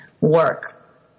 work